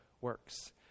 works